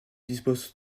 dispose